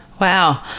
Wow